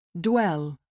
Dwell